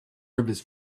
rivers